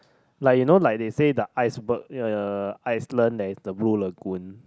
like you know like they said the icebergs the Iceland there is a Blue-Lagoon